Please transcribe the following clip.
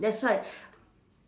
that's why